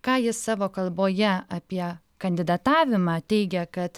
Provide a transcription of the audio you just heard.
ką jis savo kalboje apie kandidatavimą teigė kad